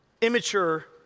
immature